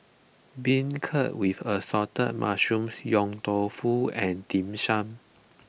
Beancurd with Assorted Mushrooms Yong Tau Foo and Dim Sum